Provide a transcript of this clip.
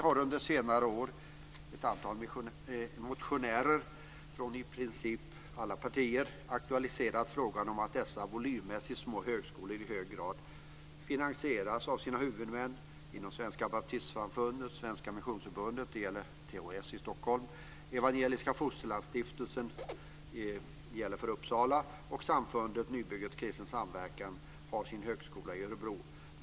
Motionärer från i princip alla partier har under senare år aktualiserat frågan om att dessa små högskolor i hög grad finansieras av sina huvudmän, dvs. Svenska Baptistsamfundet, Svenska Missionsförbundet - det gäller THS i Stockholm - och Evangeliska Uppsala. Samfundet Nybygget - kristen samverkan har sin högskola i Örebro.